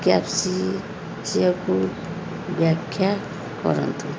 କୁ ବ୍ୟାଖ୍ୟା କରନ୍ତୁ